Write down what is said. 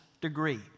degree